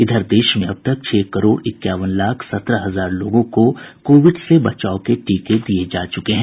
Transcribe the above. इधर देश में अब तक छह करोड़ इक्यावन लाख सत्रह हजार लोगों को कोविड के टीके लगाये जा चुके हैं